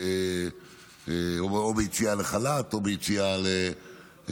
או ביציאה לחל"ת או להתפטר.